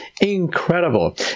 incredible